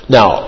Now